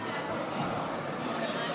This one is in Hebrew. הגישה לצילומים), התשפ"ג 2023, לא נתקבלה.